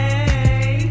Hey